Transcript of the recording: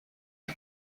nhw